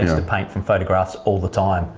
used to paint from photographs all the time.